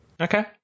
Okay